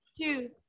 two